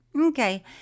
okay